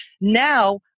Now